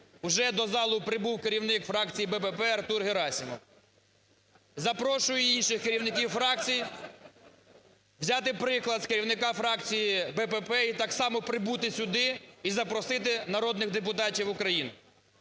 вже до залу прибув керівник фракції БПП Артур Герасимов. Запрошую і інших керівників фракцій взяти приклад з керівника фракції БПП і так само прибути сюди, і запросити народних депутатів України.